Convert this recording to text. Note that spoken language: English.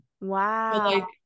wow